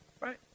Right